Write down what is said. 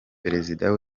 perezida